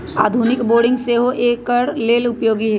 आधुनिक बोरिंग सेहो एकर लेल उपयोगी है